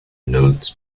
notes